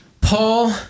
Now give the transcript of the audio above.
Paul